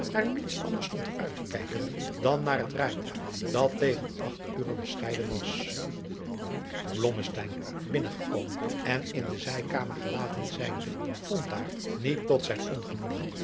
naar niets anders stond uit te kijken dan naar het rijtuig dat tegen acht ure bescheiden was blommesteyn binnen gekomen en in de zijkamer gelaten zijnde vond daar niet tot zijn ongenoegen